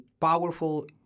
powerful